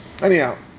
Anyhow